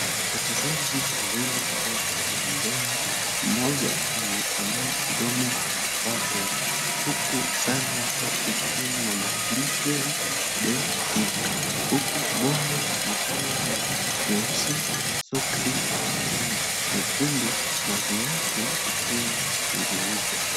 Wachezaji wawili wapo uwanjani. Mmoja amepanua mdomo wake huku sare yake ikiwa na maandiko, Betika, huku bombo likiwa ni jeusi, soksi zikiwa ni nyekundu, na viatu vikiwa ni vyeupe.